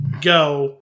Go